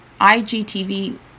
IGTV